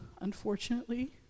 unfortunately